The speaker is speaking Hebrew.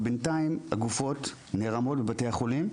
אבל בינתיים הגופות נערמות בבתי החולים,